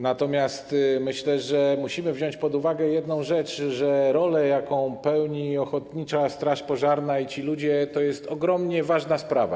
Natomiast myślę, że musimy wziąć pod uwagę jedną rzecz: że rola, jaką pełni ochotnicza straż pożarna i jaką pełnią ci ludzie, to jest ogromnie ważna sprawa.